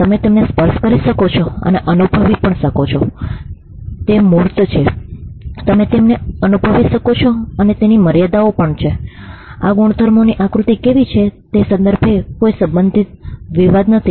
તમે તેમને સ્પર્શ કરી શકો છો અને અનુભવી શકો છો તે મૂર્ત છે તમે તેમને અનુભવી શકો છો અને તેને મર્યાદાઓ છે આ ગુણધર્મોની આકૃતિ કેવી છે તે સંદર્ભે કોઈ સંભવિત વિવાદ નથી